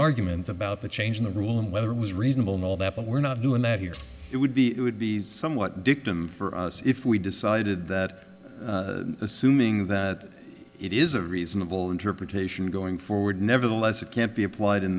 argument about the change in the rule and whether it was reasonable and all that but we're not doing that here it would be it would be somewhat dictum for us if we decided that assuming that it is a reasonable interpretation going forward nevertheless it can't be applied in